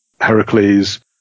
Heracles